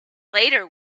later